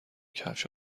کفش